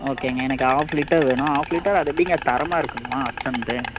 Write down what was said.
ஓகேங்க எனக்கு half litre வேணும் ஆஃப் லிட்டர் அது எப்படிங்க தரமாக இருக்குமா ஹட்சனுது